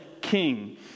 king